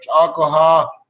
alcohol